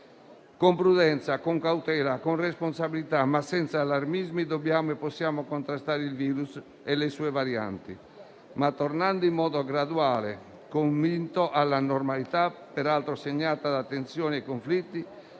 Con prudenza, cautela e responsabilità, ma senza allarmismi, dobbiamo e possiamo contrastare il virus e le sue varianti, tornando però in modo graduale e convinto alla normalità, peraltro segnata da tensioni e conflitti,